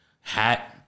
hat